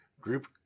Group